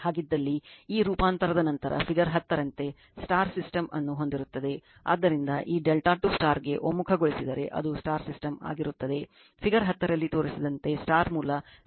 ಹಾಗಿದ್ದಲ್ಲಿ ಈ ರೂಪಾಂತರದ ನಂತರ ಫಿಗರ್ 10 ರಂತೆ ಸಿಸ್ಟಮ್ ಅನ್ನು ಹೊಂದಿರುತ್ತದೆ ಆದ್ದರಿಂದ ಈ ∆ ಟು ಗೆ ಒಮ್ಮುಖಗೊಳಿಸಿ ಅದು ಸಿಸ್ಟಮ್ ಆಗಿರುತ್ತದೆ ಫಿಗರ್ 10 ರಲ್ಲಿ ತೋರಿಸಿದಂತೆ ಮೂಲ ಲೋಡ್ಗಳು